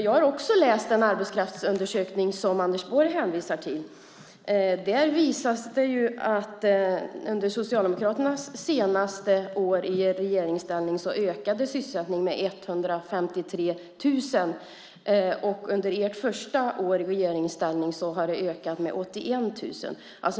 Jag har också läst den arbetskraftsundersökning som Anders Borg hänvisar till. Där framgår det att sysselsättningen under Socialdemokraternas sista år i regeringsställning ökade med 153 000. Under ert första år i regeringsställning har den ökat med 81 000.